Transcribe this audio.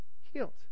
healed